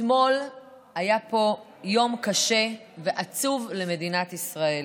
אתמול היה פה יום קשה ועצוב למדינת ישראל.